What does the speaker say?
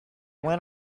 went